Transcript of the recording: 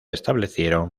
establecieron